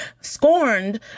scorned